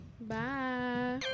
bye